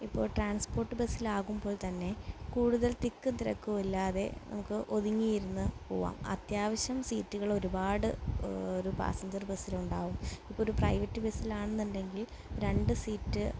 ഇപ്പോൾ ട്രാൻസ്പോർട്ട് ബസ്സിലാകുമ്പോൾ തന്നെ കൂടുതൽ തിക്കും തിരക്കും ഇല്ലാതെ നമുക്ക് ഒതുങ്ങിയിരുന്ന് പോവാം അത്യാവശ്യം സീറ്റുകൾ ഒരുപാട് ഒരു പാസഞ്ചർ ബസ്സിലുണ്ടാവും ഇപ്പോൾ ഒരു പ്രൈവറ്റ് ബസ്സിലാണെന്നുണ്ടെങ്കിൽ രണ്ടു സീറ്റ്